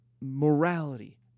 morality